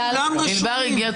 בבקשה.